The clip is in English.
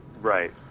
Right